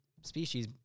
species